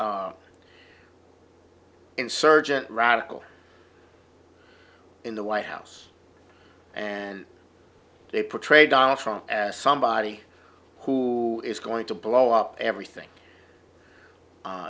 insurgent radical in the white house and they portray donald trump as somebody who is going to blow up everything